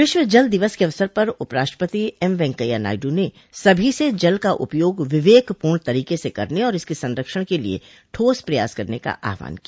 विश्व जल दिवस के अवसर पर उपराष्ट्रपति एम वेंकैया नायडू ने सभी से जल का उपयोग विवेकपूर्ण तरीके से करने और इसके संरक्षण के लिए ठोस प्रयास करने का आहवान किया